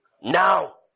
Now